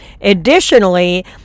Additionally